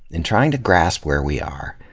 in trying to grasp where we are,